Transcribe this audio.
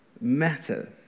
matter